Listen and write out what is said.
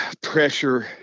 pressure